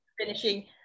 finishing